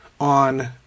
on